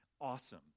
awesome